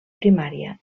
primària